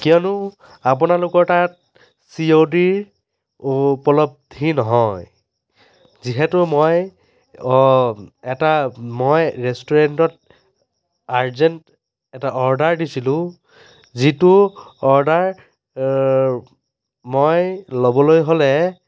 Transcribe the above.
কিয়নো আপোনালোকৰ তাত চি অ' ডিৰ উপলব্ধি নহয় যিহেতু মই এটা মই ৰেষ্টোৰেণ্টত আৰ্জেণ্ট এটা অৰ্ডাৰ দিছিলোঁ যিটো অৰ্ডাৰ মই ল'বলৈ হ'লে